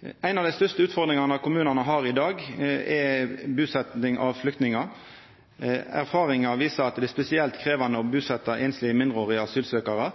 då ein endra det sist. Ei av dei største utfordringane kommunane har i dag, er busetjing av flyktningar. Erfaringar viser at det er spesielt krevjande å busetja einslege mindreårige asylsøkjarar